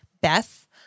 Beth